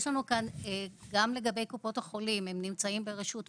גם לגבי קופות החולים, הן נמצאות ברשות מקומית,